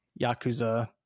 Yakuza